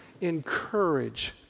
encourage